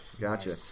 Gotcha